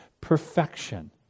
perfection